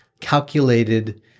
calculated